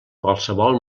qualsevol